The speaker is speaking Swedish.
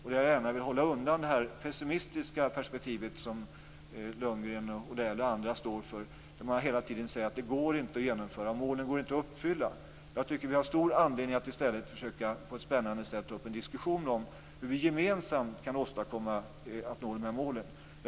Jag vill gärna hålla undan det pessimistiska perspektiv som Lundgren, Odell och andra står för och där man hela tiden säger att det inte går att genomföra programmen och att målen inte går att uppfylla. Jag tycker att vi har stor anledning att i stället på ett spännande sätt försöka ta upp en diskussion om hur vi gemensamt kan nå målen.